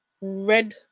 red